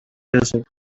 desert